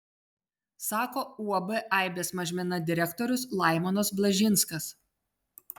sako uab aibės mažmena direktorius laimonas blažinskas